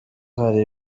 hari